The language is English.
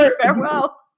Farewell